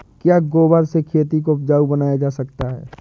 क्या गोबर से खेती को उपजाउ बनाया जा सकता है?